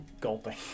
gulping